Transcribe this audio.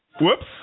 whoops